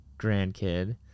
grandkid